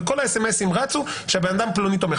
וכל הסמ"סים רצו שאדם פלוני תומך.